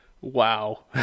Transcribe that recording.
wow